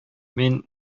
мин